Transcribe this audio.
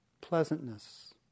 pleasantness